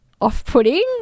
off-putting